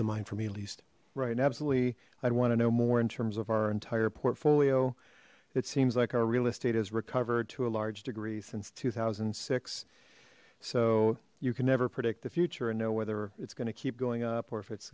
to mind for me at least right absolutely i'd want to know more in terms of our entire portfolio it seems like our real estate has recovered to a large degree since two thousand and six so you can never predict the future and know whether it's going to keep going up or if it's